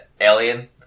Alien